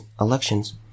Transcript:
elections